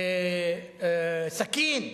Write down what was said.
סכין.